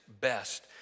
best